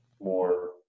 more